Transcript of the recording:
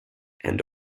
and